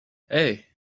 hey